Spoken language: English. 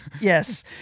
yes